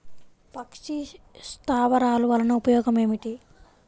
పక్షి స్థావరాలు వలన ఉపయోగం ఏమిటి?